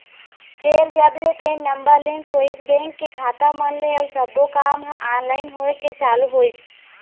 फेर जब ले पेन नंबर लिंक होइस बेंक के खाता मन ले अउ सब्बो काम ह ऑनलाइन होय के चालू होइस